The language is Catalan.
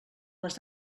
les